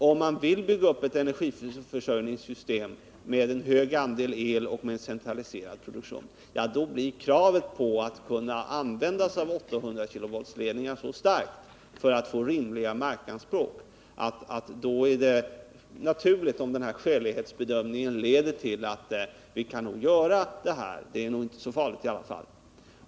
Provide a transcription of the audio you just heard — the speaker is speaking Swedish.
Om man vill bygga upp ett energiförsörjningssystem med hög andel el och med centraliserad produktion blir det ett mycket starkt krav att man skall kunna använda 800-kV-ledningar för att få rimliga markanspråk. Det är då naturligt att denna skälighetsbedömning leder till att vi använder sådana ledningar och att vi anser att det nog inte är så farligt i alla fall.